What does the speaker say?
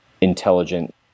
Intelligent